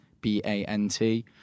B-A-N-T